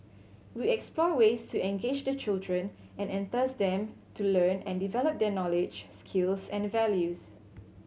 we explore ways to engage the children and enthuse them to learn and develop their knowledge skills and values